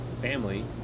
family